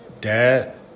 dad